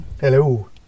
Hello